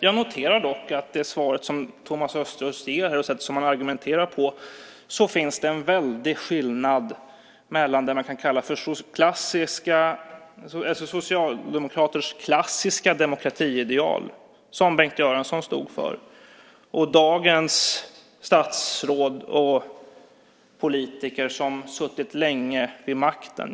Jag noterar dock av Thomas Östros svar och hans sätt att argumentera att det finns en väldig skillnad mellan vad vi kan kalla de klassiska socialdemokratiska demokratiideal som Bengt Göransson stod för och dagens statsråd och politiker som suttit länge vid makten.